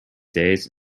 days